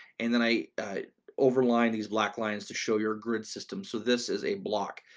and then i overlaid these black lines to show your grid system, so this is a block.